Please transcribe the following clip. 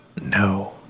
No